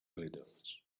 glitters